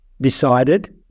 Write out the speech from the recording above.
decided